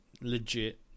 legit